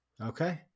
okay